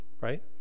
right